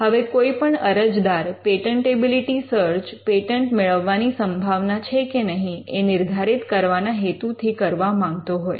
હવે કોઈ પણ અરજદાર પેટન્ટેબિલિટી સર્ચ પેટન્ટ મેળવવાની સંભાવના છે કે નહીં એ નિર્ધારિત કરવાના હેતુથી કરવા માંગતો હોય